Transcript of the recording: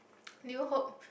do you hope